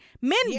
men